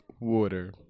water